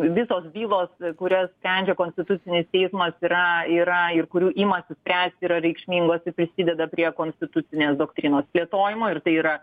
visos bylos kurias sprendžia konstitucinis teismas yra yra ir kurių imasi spręsti yra reikšmingos ir prisideda prie konstitucinės doktrinos plėtojimo ir tai yra